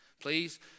please